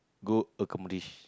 go accomplish